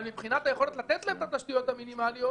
אבל מבחינת היכולת לתת להם את התשתיות המינימליות,